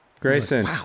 Grayson